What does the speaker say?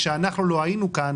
כשאנחנו לא היינו כאן,